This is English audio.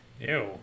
Ew